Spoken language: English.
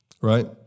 right